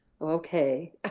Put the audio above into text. Okay